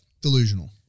Delusional